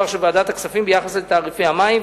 של ועדת הכספים ביחס לתעריפי המים,